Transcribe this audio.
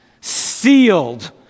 sealed